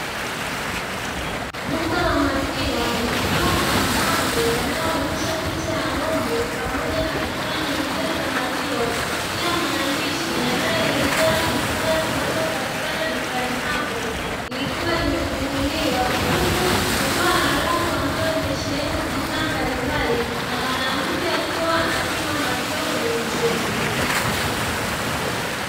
Duka la maziwa likiwa na mabango yanayoonyesha picha ya ng`ombe pamoja na bidhaa zingine za maziwa. Pia maandishi yanayoelezea bidhaa zinazopatikana dukani hapo likiwa limefunguliwa, huku kukiwa na rafu ambayo imesheheni bidhaa mbalimbali na mwanamke akiwa anapima maziwa kwenye chombo.